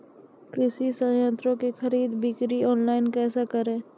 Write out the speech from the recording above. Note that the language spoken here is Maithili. कृषि संयंत्रों की खरीद बिक्री ऑनलाइन कैसे करे?